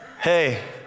Hey